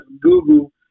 Google